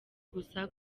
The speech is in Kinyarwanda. gusa